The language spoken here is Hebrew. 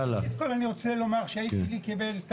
קודם כל אני רוצה לומר שהאיש שלי קיבל את